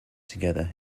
together